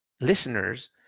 listeners